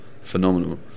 phenomenal